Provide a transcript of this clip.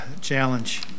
challenge